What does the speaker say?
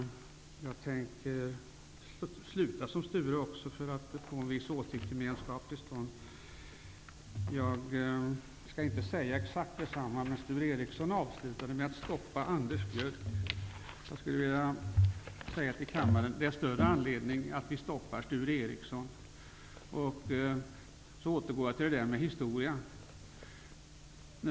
Jag tänker sluta mitt anförande på samma sätt som Sture Ericson och på så sätt få en åsiktsgemenskap till stånd. Jag skall inte säga exakt detsamma. Sture Ericson avlutade med att vilja sätta stopp för Anders Björck. Jag anser att det finns större anledning att stoppa Sture Ericson. Jag återgår till frågan om historien.